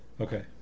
Okay